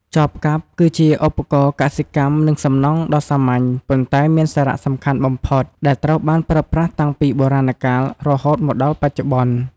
ចបកាប់ គឺជាឧបករណ៍កសិកម្ម និងសំណង់ដ៏សាមញ្ញ ប៉ុន្តែមានសារៈសំខាន់បំផុត ដែលត្រូវបានប្រើប្រាស់តាំងពីបុរាណកាលរហូតមកដល់បច្ចុប្បន្ន។